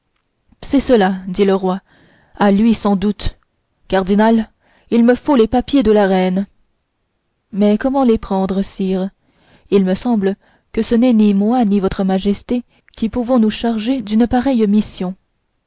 c'est cela dit le roi à lui sans doute cardinal il me faut les papiers de la reine mais comment les prendre sire il me semble que ce n'est ni moi ni votre majesté qui pouvons nous charger d'une pareille mission